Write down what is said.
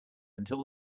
until